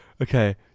okay